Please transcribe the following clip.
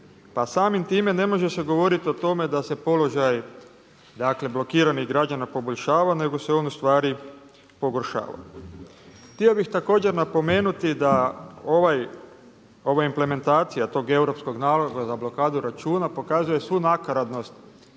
Pa samim time ne može se govoriti o tome da se položaj dakle blokiranih građana poboljšava nego se on ustvari pogoršava. Htio bih također napomenuti da ova implementacija tog europskog naloga za blokadu računa pokazuje svu nakaradnost